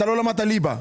כי לא למדת ליבה.